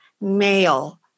male